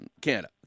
Canada